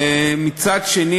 מצד שני,